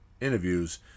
interviews